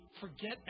forget